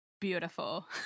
Beautiful